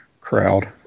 crowd